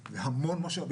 בעיה מאוד מאוד קשה,